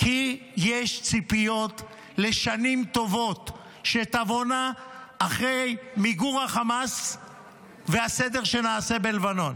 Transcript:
כי יש ציפיות לשנים טובות שתבואנה אחרי מיגור החמאס והסדר שנעשה בלבנון.